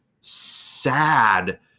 sad